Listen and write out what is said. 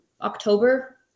October